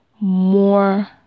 more